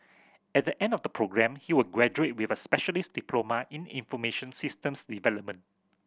at the end of the programme he will graduate with a specialist diploma in information systems development